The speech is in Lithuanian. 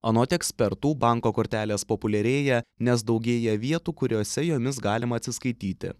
anot ekspertų banko kortelės populiarėja nes daugėja vietų kuriose jomis galima atsiskaityti